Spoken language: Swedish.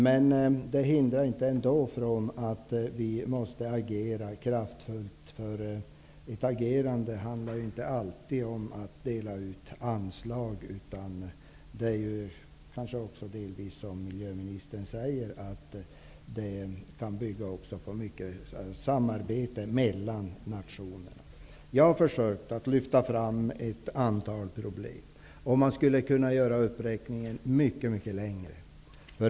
Men det hindrar inte att vi måste agera kraftfullt. Ett agerande handlar inte alltid om att dela ut anslag. Det kan kanske också delvis, som miljöministern säger, bygga mycket på samarbete mellan nationerna. Jag har försökt att lyfta fram ett antal problem. Man skulle kunna göra uppräkningen mycket längre.